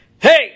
Hey